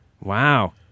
Wow